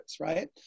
Right